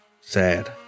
sad